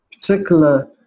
particular